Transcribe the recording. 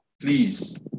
please